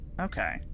Okay